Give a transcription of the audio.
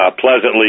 pleasantly